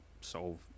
solve